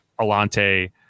Alante